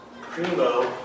Primo